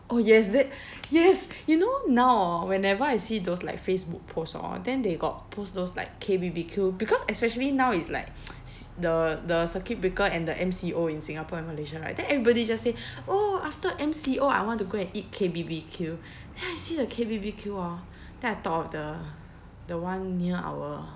oh yes that yes you know now hor whenever I see those like Facebook post hor then they got post those like K_B_B_Q because especially now it's like c~ the the circuit breaker and the M_C_O in singapore and malaysia right then everybody just say oh after M_C_O I want to go and eat K_B_B_Q then I see the K_B_B_Q hor then I thought of the the one near our